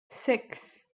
six